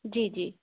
جی جی